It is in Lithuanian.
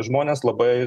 žmonės labai